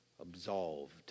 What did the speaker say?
absolved